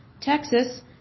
Texas